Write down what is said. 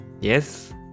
Yes